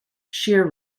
shear